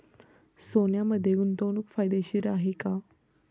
सोन्यामध्ये गुंतवणूक फायदेशीर आहे का?